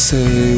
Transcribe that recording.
Say